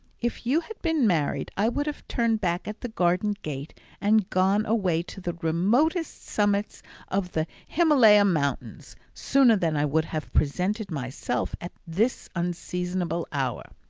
if you had been married, i would have turned back at the garden-gate and gone away to the remotest summits of the himalaya mountains sooner than i would have presented myself at this unseasonable hour.